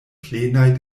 plenaj